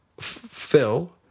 Phil